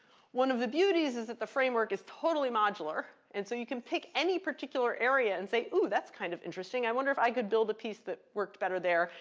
one of the beauties is that the framework is totally modular, and so you can pick any particular area and say, ooh, that's kind of interesting. i wonder if i could build a piece that worked better there.